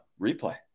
Replay